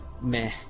meh